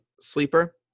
sleeper